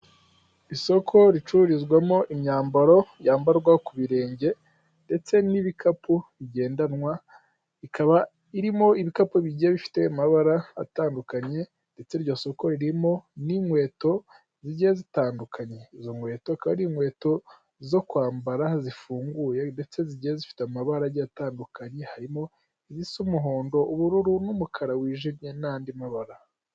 Isoko ricururizwamo imyambaro yambarwa ku birenge ndetse n'ibikapu bigendanwa, ikaba irimo ibikapu bigiye bifite amabara atandukanye ndetse iryo soko ririmo n'inkweto zigiye zitandukanye, izo nkweto akaba ari inkweto zo kwambara zifunguye ndetse zigiye zifite amabara agiye atandukanye, harimo izisa umuhondo, ubururu, n'umukara wijimye n'andi mabara.